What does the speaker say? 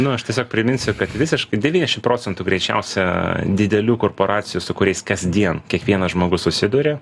nu aš tiesiog priminsiu kad visiškai devyniašim procentų greičiausia didelių korporacijų su kuriais kasdien kiekvienas žmogus susiduria